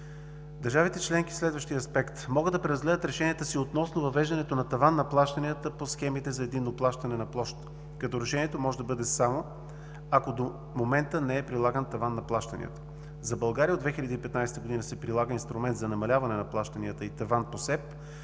Държавите членки в следващия аспект могат да преразгледат решенията си относно въвеждането на таван на плащанията по схемите за единно плащане на площ, като решението може да бъде само ако до момента не е прилаган таван на плащанията. За България от 2015 г. се прилага инструмент за намаляване на плащанията и таван по СЕП: